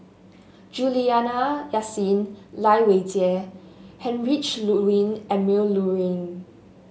Juliana Yasin Lai Weijie Heinrich Ludwig Emil Luering